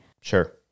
Sure